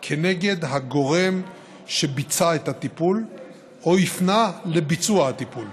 כנגד הגורם שביצע את הטיפול או הפנה לביצוע הטיפול.